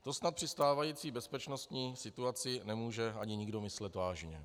To snad při stávající bezpečnostní situaci nemůže ani nikdo myslet vážně.